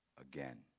again